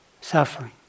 suffering